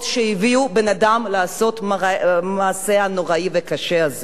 שהביאו בן-אדם לעשות את המעשה הנוראי והקשה הזה.